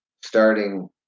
starting